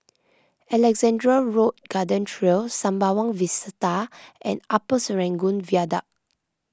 Alexandra Road Garden Trail Sembawang Vista and Upper Serangoon Viaduct